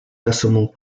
decimal